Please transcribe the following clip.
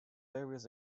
various